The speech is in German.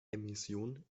emissionen